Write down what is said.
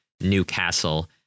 newcastle